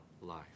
life